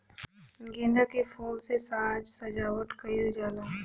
गेंदा के फूल से साज सज्जावट कईल जाला